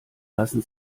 lassen